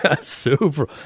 super